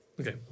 Okay